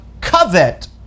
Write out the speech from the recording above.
covet